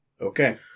Okay